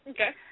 Okay